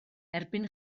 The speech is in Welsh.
erbyn